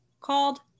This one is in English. called